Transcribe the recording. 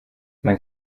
man